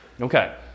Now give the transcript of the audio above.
okay